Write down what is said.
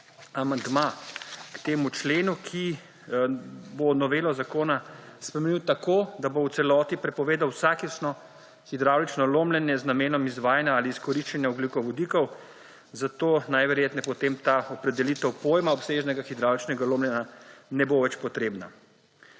k temu členu, ki bo novelo zakona spremenil tako, da bo v celoti prepovedal vsakršno hidravlično lomljenje z namenom izvajanja ali izkoriščanja ogljikovodikov, zato najverjetneje potem ta opredelitev pojma obsežnega hidravličnega lomljenja ne bo več potrebna.